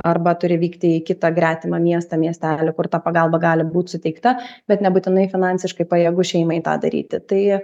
arba turi vykti į kitą gretimą miestą miestelį kur ta pagalba gali būt suteikta bet nebūtinai finansiškai pajėgus šeimai tą daryti tai